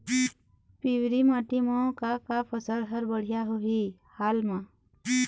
पिवरी माटी म का का फसल हर बढ़िया होही हाल मा?